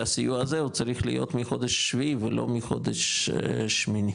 שהסיוע הזה הוא צריך להיות מחודש שביעי ולא מחודש שמיני,